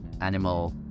animal